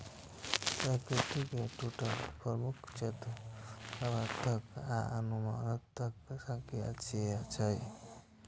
सांख्यिकी के दूटा प्रमुख क्षेत्र वर्णनात्मक आ अनुमानात्मक सांख्यिकी छियै